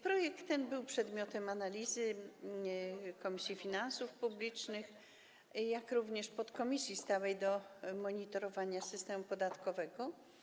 Projekt ten był przedmiotem analizy Komisji Finansów Publicznych i podkomisji stałej do monitorowania systemu podatkowego.